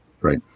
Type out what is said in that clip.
Right